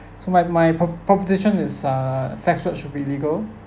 so my my pro~ proposition is uh sex work should be legal